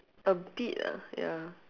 a bit ah ya